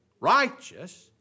righteous